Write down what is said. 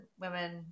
women